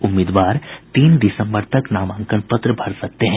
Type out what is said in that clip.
उम्मीदवार तीन दिसम्बर तक नामांकन पत्र दाखिल कर सकते हैं